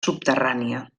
subterrània